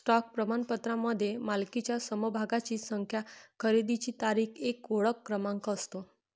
stock प्रमाणपत्रामध्ये मालकीच्या समभागांची संख्या, खरेदीची तारीख, एक ओळख क्रमांक असतो